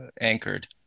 anchored